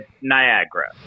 Niagara